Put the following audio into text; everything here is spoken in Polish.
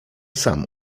sam